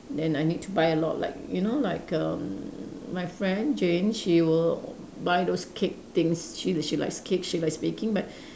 then I need to buy a lot like you know like erm my friend Jane she will buy those cake things she she likes cake she likes baking but